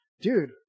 Dude